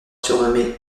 surnommé